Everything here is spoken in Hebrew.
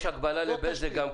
יש הגבלה לבזק.